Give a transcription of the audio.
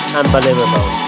unbelievable